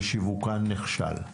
ושיווקן נכשל?